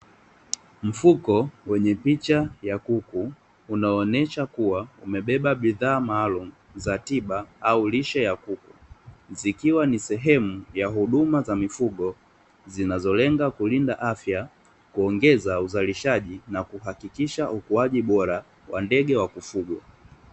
Mfuko wenye picha ya kuku unaoonesha kuwa umebeba bidhaa maalumu za tiba au lishe ya kuku, zikiwa ni sehemu ya huduma za mifugo zinazolenga kulinda afya, kuongeza uzalishaji na kuhakikisha ukuaji bora wa ndege wa kufugwa.